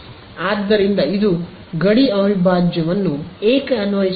ಆದ್ದರಿಂದ ಇದು ಗಡಿ ಅವಿಭಾಜ್ಯವನ್ನು ಏಕೆ ಅನ್ವಯಿಸುತ್ತದೆ